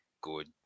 good